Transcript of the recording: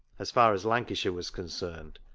as far as lancashire was concerned,